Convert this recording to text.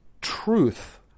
truth